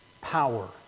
power